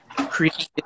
create